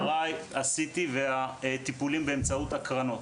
MRI, CT והטיפולים באמצעות הקרנות.